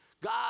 God